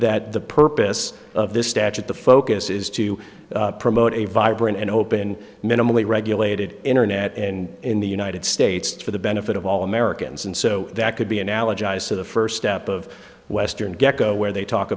that the purpose of this statute the focus is to promote a vibrant and open minimally regulated internet and in the united states for the benefit of all americans and so that could be analogized to the first step of western gekko where they talk